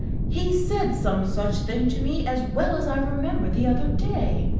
he said some such thing to me, as well as i remember, the other day.